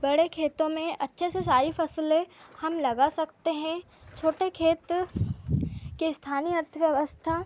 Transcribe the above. बड़े खेतों में अच्छे से सारी फसलें हम लगा सकते हैं छोटे खेत के स्थानीय अर्थव्यवस्था